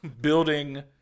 building